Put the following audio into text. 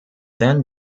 then